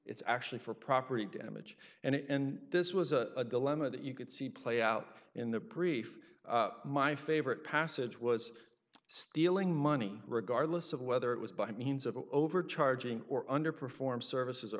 it's actually for property damage and it and this was a dilemma that you could see play out in the brief my favorite passage was stealing money regardless of whether it was by means of a overcharging or under perform services or